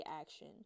action